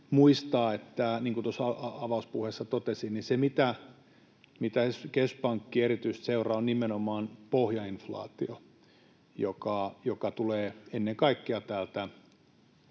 muistaa, niin kuin tuossa avauspuheessa totesin, että se, mitä keskuspankki erityisesti seuraa, on nimenomaan pohjainflaatio, joka tulee ennen kaikkea täältä